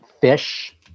fish